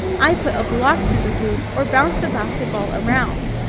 i put a block through the hoop or bounce the basketball around.